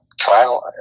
trial